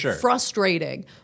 frustrating